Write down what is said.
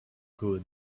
good